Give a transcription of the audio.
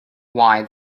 why